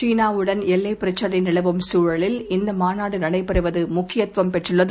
சீனாவுடன்எல்லைபிரச்னைநிலவும்சூழலில் இந்தமாநாடுநடைபெறுவதுமுக்கியத்துவம்பெற்றுள்ளது